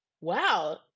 wow